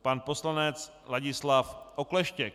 Pan poslanec Ladislav Okleštěk.